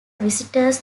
visitors